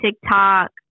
TikTok